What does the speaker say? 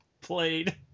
played